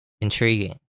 Intriguing